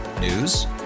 News